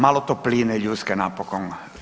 Malo topline ljudske napokon.